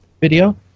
video